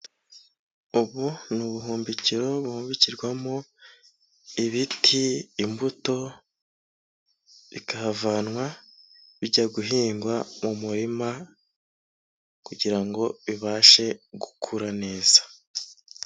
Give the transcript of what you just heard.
Ubu ni ubuhumbikiro buhumbikirwamo ibiti, imbuto, bikahavanwa bigiya guhingwa mu murima kugira ngo bibashe gukura neza.